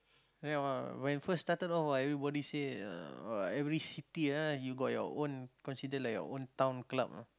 when first started off everybody say uh every city ah you got your own considered like your own town club ah